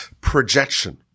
Projection